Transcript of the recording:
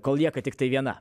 kol lieka tiktai viena